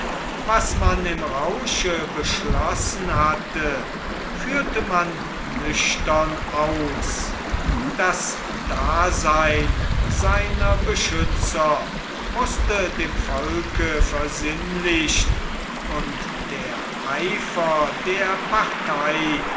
was man im rausche beschlossen hatte führte man nüchtern aus das dasein seiner beschützer mußte dem volke versinnlicht und der eifer der partei